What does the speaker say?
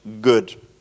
good